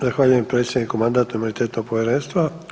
Zahvaljujem predsjedniku Mandatno-imunitetnog povjerenstva.